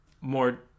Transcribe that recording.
more